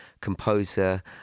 composer